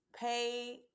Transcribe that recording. pay